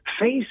face